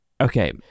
Okay